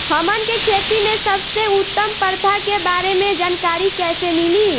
हमन के खेती में सबसे उत्तम प्रथा के बारे में जानकारी कैसे मिली?